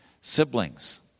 Siblings